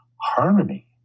harmony